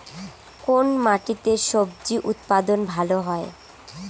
কোন মাটিতে স্বজি উৎপাদন ভালো হয়?